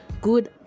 good